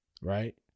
right